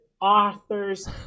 Authors